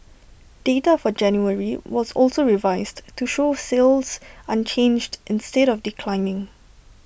data for January was also revised to show sales unchanged instead of declining